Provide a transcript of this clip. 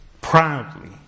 proudly